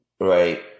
Right